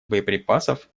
боеприпасов